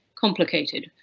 complicated